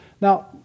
Now